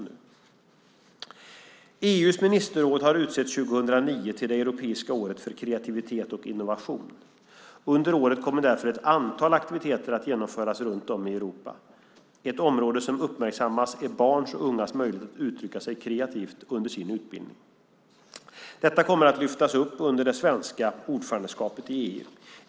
EU:s ministerråd har utsett 2009 till det europeiska året för kreativitet och innovation. Under året kommer därför ett antal aktiviteter att genomföras runt om i Europa. Ett område som uppmärksammas är barns och ungas möjlighet att uttrycka sig kreativt under sin utbildning. Detta kommer att lyftas upp under det svenska ordförandeskapet i EU.